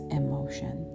emotion